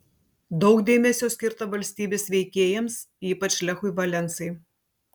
daug dėmesio skirta valstybės veikėjams ypač lechui valensai